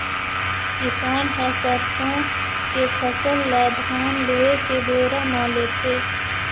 किसान ह सरसों के फसल ल धान लूए के बेरा म लेथे